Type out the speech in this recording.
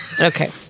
Okay